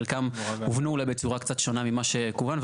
חלקם הובנו אולי בצורה שונה ממה שכוון.